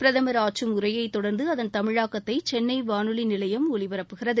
பிரதமர் ஆற்றும் உரையை தொடர்ந்து அதன் தமிழாக்கத்தை சென்னை வானொலி நிலையம் ஒலிபரப்புகிறது